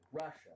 Russia